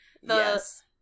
Yes